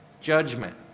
judgment